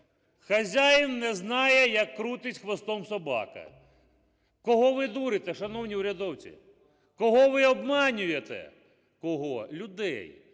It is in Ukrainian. Хазяїн не знає, як крутить хвостом собака. Кого ви дурите, шановні урядовці? Кого ви обманюєте, кого? Людей.